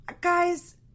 Guys